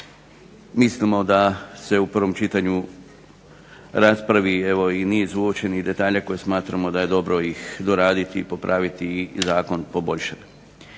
Mislimo da se u prvom čitanju raspravi evo i niz uočenih detalja koje smatramo da je dobro ih doraditi i popraviti i zakon poboljšati.